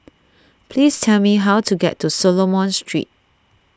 please tell me how to get to Solomon Street